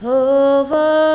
over